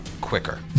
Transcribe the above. quicker